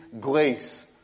grace